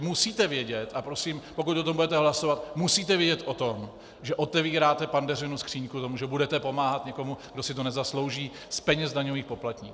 Musíte vědět, a prosím, pokud o tom budete hlasovat, musíte vědět o tom, že otevíráte Pandořinu skříňku tím, že budete pomáhat někomu, kdo si to nezaslouží, z peněz daňových poplatníků.